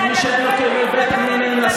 כי מי שאין לו כאבי בטן מנאנסות,